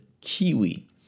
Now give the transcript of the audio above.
kiwi